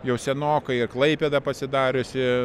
jau senokai ir klaipėda pasidariusi